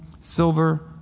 silver